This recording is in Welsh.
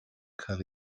cael